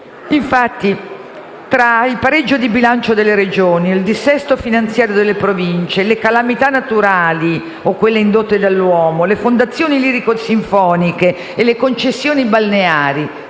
Infatti, il pareggio di bilancio delle Regioni, il dissesto finanziario delle Province, le calamità naturali o quelle indotte dall'uomo, le fondazioni lirico-sinfoniche e le concessioni balneari